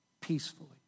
peacefully